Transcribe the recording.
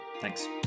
Thanks